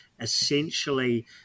Essentially